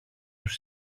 τους